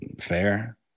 fair